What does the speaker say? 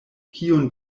kiun